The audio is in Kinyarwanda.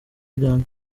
ajyanye